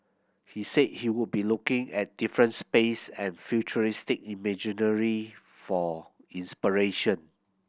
he said he would be looking at different space and futuristic imagery for inspiration